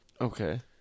Okay